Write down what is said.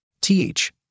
Th